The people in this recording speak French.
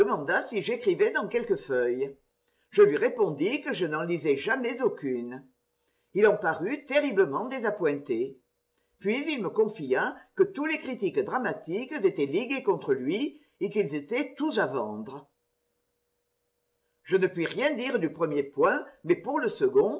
si j'écrivais dans quelque feuille je lui répondis que je n'en lisais jamais aucune il en parut terriblement désappointé puis il me confia que tous les critiques dramatiques étaient ligués contre lui et qu'ils étaient tous à vendre je ne puis rien dire du premier point mais pour le second